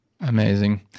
Amazing